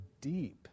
deep